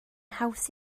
haws